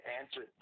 answer